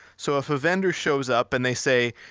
so if a vendor shows up and they say,